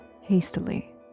hastily